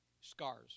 Scars